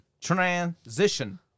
Transition